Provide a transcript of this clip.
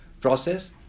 process